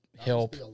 Help